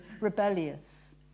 rebellious